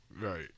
Right